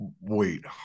Wait